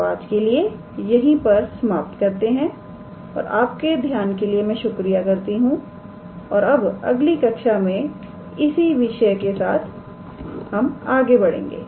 तोआज के लिए हम यही पर समाप्त करते हैं और आप ध्यान के लिए मैं आपका शुक्रिया करती हूं और अब अगली कक्षा में हम इसी विषय के साथ आगे बढ़ जाएंगे